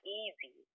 easy